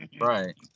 Right